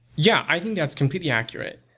yeah i think that's completely accurate.